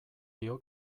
dio